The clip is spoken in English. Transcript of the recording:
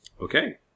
Okay